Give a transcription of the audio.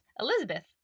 Elizabeth